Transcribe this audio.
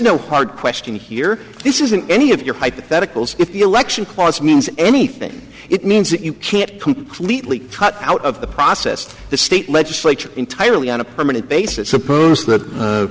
no hard question here this isn't any of your hypotheticals if the election clause means anything it means that you can't completely cut out of the process to the state legislature entirely on a permanent basis suppose that